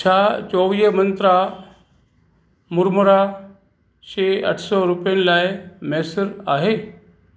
छा चोवीह मंत्रा मुरमुरा शइ अठ सौ रुपियनि लाइ मुयसरु आहे